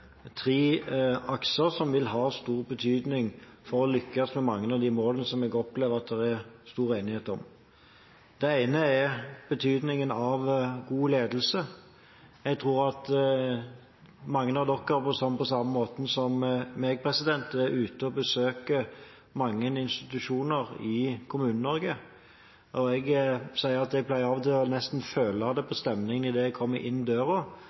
tre akser som vil ha stor betydning for å lykkes med mange av de målene som jeg opplever at det er stor enighet om. Det ene er betydningen av god ledelse. Jeg tror at mange her – på samme måte som meg – er ute og besøker mange institusjoner i Kommune-Norge. Jeg sier at jeg pleier av og til nesten føle det på stemningen idet jeg kommer inn døra,